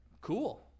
Cool